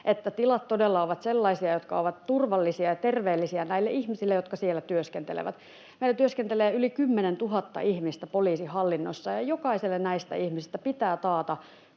että tilat todella ovat sellaisia, jotka ovat turvallisia ja terveellisiä näille ihmisille, jotka siellä työskentelevät. Meillä työskentelee yli 10 000 ihmistä poliisihallinnossa, ja jokaiselle näistä ihmisistä pitää taata